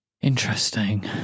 Interesting